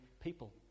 people